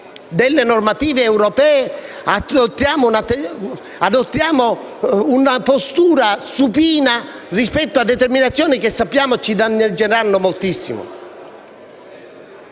delle normative europee si adotta una postura supina rispetto a determinazioni che sappiamo ci danneggeranno moltissimo.